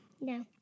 No